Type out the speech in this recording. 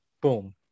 Boom